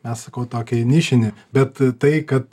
mes sakau tokią į nišinį bet tai kad